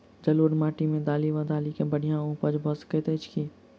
जलोढ़ माटि मे दालि वा दालि केँ बढ़िया उपज भऽ सकैत अछि की?